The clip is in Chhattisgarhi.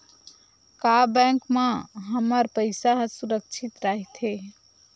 का बैंक म हमर पईसा ह सुरक्षित राइथे?